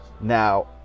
Now